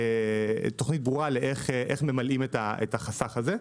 תוכנית ברורה איך ממלאים את החסך הזה.